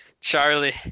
Charlie